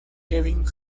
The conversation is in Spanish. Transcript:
kevin